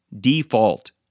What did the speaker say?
default